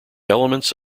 elements